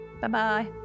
Bye-bye